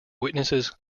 witnesses